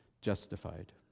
Justified